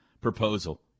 proposal